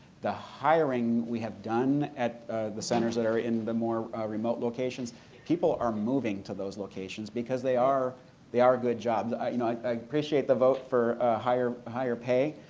the hiring we have done at the centers that are in the more remote locations people are moving to those locations because they are they are good jobs. i you know i appreciate the vote for higher higher pay,